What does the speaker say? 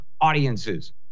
audiences